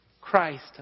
Christ